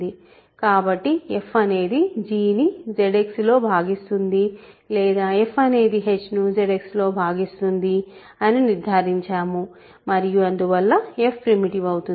కాబట్టి f అనేది g ను ZX లో భాగిస్తుంది లేదా f అనేదిh ను ZX లో భాగిస్తుంది అని నిర్ధారించాము మరియు అందువల్ల f ప్రిమిటివ్ అవుతుంది